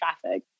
traffic